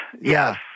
Yes